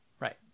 Right